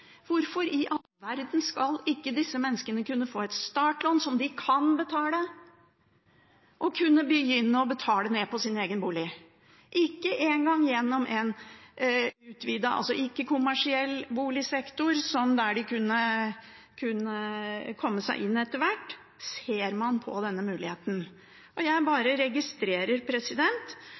Hvorfor i all verden skal ikke disse menneskene få et startlån som de kan betale, og kunne begynne å betale ned på sin egen bolig? Ikke engang gjennom en ikke-kommersiell boligsektor, der de hadde kunnet komme seg inn etter hvert, ser man på denne muligheten. Jeg bare registrerer